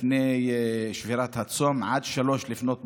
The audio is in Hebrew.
לפני שבירת הצום עד 03:00,